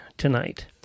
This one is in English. tonight